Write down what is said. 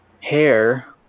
hair